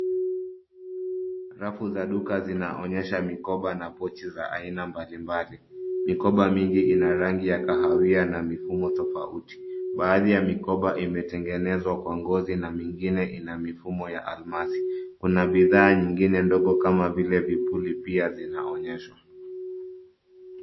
Rafu za duka zinaonyesha mikoba na pochi za aina mbalimbali. Mikoba mingi ina rangi ya kahawia na mifumo tofauti. Baadhi ya mikoba imetengenezwa kwa ngozi na mengine ina mifumo ya almasi. Kuna bidhaa nyingine ndogo kama vile vipuli pia zinaonyeshwa.